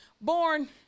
born